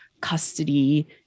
custody